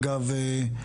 אגב,